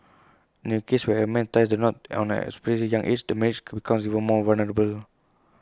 in A cases where A man ties the knot at an especially young age the marriage becomes even more vulnerable